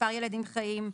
מספר ילדים חיים,